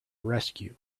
rescue